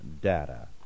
data